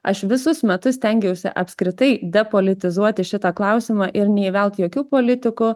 aš visus metus stengiausi apskritai depolitizuoti šitą klausimą ir neįvelt jokių politikų